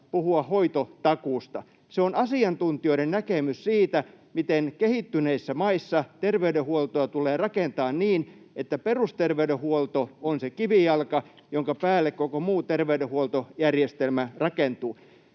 puhua hoitotakuusta. Se on asiantuntijoiden näkemys siitä, miten kehittyneissä maissa terveydenhuoltoa tulee rakentaa niin, että perusterveydenhuolto on se kivijalka, jonka päälle koko muu terveydenhuoltojärjestelmä rakentuu.